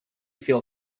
feel